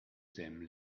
same